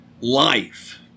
life